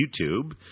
YouTube